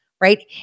right